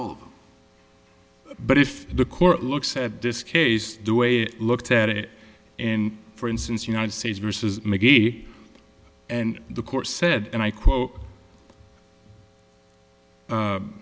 over but if the court looks at this case the way it looked at it in for instance united states versus mcgee and the court said and i